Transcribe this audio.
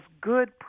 good